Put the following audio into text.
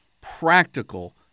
practical